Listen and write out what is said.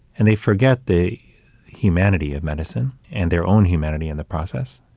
and they forget the humanity of medicine and their own humanity in the process.